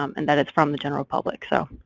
um and that it's from the general public. so